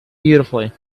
beautifully